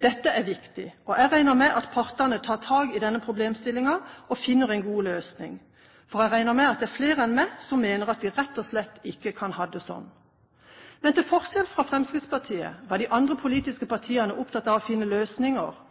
Dette er viktig, og jeg regner med at partene tar tak i denne problemstillingen og finner en god løsning, for jeg regner med at det er flere enn meg som mener at vi rett og slett ikke kan ha det slik. Men til forskjell fra Fremskrittspartiet var de andre politiske partiene opptatt av å finne løsninger